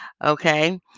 Okay